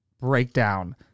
breakdown